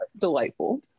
delightful